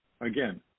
again